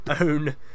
own